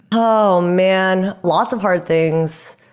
oh man! lots of hard things,